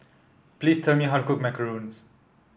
please tell me how to cook Macarons